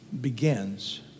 begins